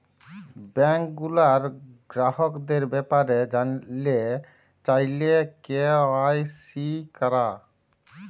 bank গুলার গ্রাহকদের ব্যাপারে জালতে চাইলে কে.ওয়াই.সি ক্যরা